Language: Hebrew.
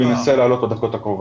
הוא ינסה לעלות בדקות הקרובות.